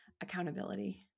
Accountability